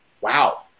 wow